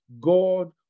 God